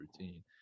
routine